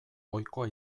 ohikoa